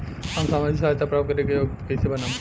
हम सामाजिक सहायता प्राप्त करे के योग्य कइसे बनब?